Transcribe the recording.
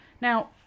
now